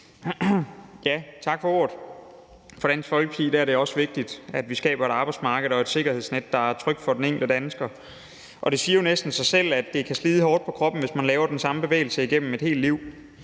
Tak. Tak for ordet. For Dansk Folkeparti er det også vigtigt, at vi skaber et arbejdsmarked og et sikkerhedsnet, der er trygt for den enkelte dansker. Det siger jo næsten sig selv, at det kan slide hårdt på kroppen, hvis man laver den samme bevægelse igennem et helt liv,